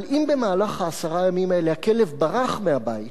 אבל אם במהלך עשרת הימים האלה הכלב ברח מהבית,